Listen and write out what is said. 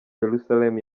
jerusalem